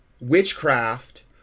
witchcraft